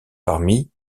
parmi